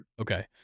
Okay